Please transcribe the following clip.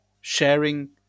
sharing